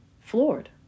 floored